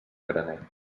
graner